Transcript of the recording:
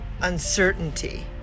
uncertainty